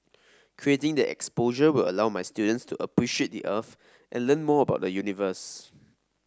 creating the exposure will allow my students to appreciate the Earth and learn more about the universe